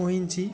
मुंहिंजी